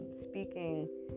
speaking